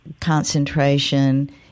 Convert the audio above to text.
concentration